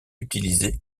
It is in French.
utiliser